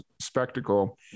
spectacle